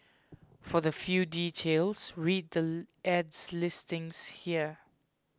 for the fill details read the ad's listings here